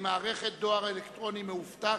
(מערכת דואר אלקטרוני מאובטח)